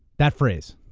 that phrase.